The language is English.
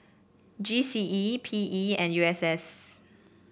G C E P E and U S S